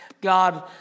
God